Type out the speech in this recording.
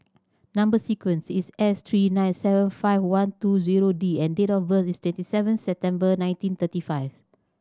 number sequence is S three nine seven five one two zero D and date of birth is twenty seven September nineteen thirty five